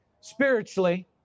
spiritually